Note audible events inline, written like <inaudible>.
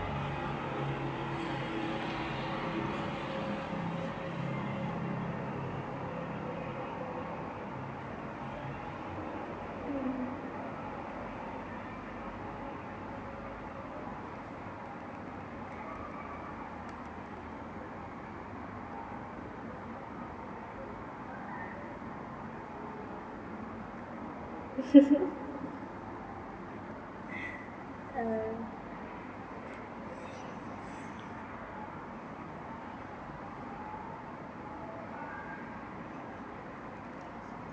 hmm <laughs> uh